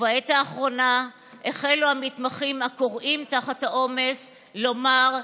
ובעת האחרונה החלו המתמחים הכורעים תחת העומס לומר: